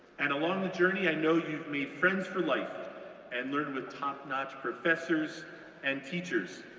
and along the journey, i know you've made friends for life and learned with topnotch professors and teachers.